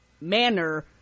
manner